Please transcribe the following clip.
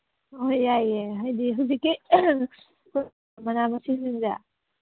ꯍꯣꯏ ꯌꯥꯏꯌꯦ ꯍꯥꯏꯗꯤ ꯍꯧꯖꯤꯛ ꯃꯅꯥ ꯃꯁꯤꯡꯁꯤꯡꯁꯦ